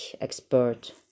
expert